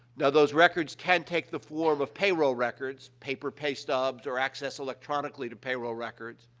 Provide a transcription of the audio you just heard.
now, those records can take the form of payroll records paper paystubs or access electronically to payroll records.